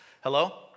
Hello